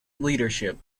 leadership